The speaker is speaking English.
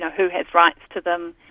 who has rights to them,